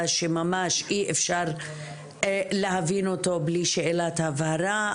שממש אי אפשר להבין אותו בלי שאלת הבהרה,